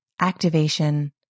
activation